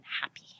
happy